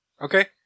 Okay